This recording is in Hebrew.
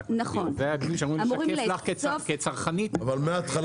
שאמורים לשקף לך כצרנית- -- מההתחלה